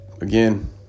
again